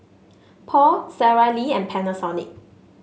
Paul Sara Lee and Panasonic